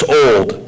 old